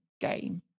game